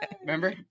remember